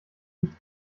nicht